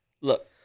Look